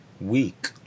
week